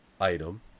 item